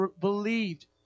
believed